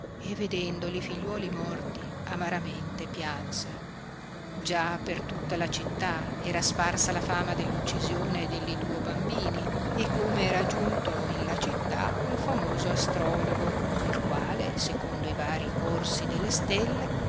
e vedendo li figliuoli morti amaramente piansero già per tutta la città era sparsa la fama dell'uccisione delli duo bambini e come era giunto in la città un famoso astrologo il quale secondo i vari corsi delle stelle